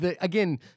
again